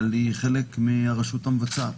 אבל היא חלק מהרשות המבצעת.